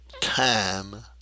time